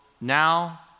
now